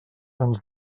ens